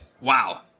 Wow